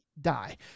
die